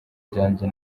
ryanjye